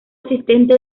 asistente